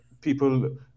people